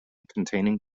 containing